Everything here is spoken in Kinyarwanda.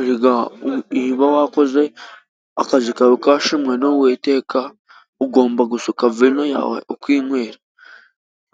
Erega niba wakoze akazi kawe kashimwe n'uwiteka ugomba gushuka vino yawe ukinywera